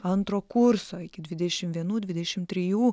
antro kurso iki dvidešim vienų dvidešim trijų